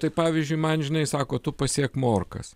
tai pavyzdžiui man žinai sako tu pasėk morkas